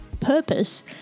purpose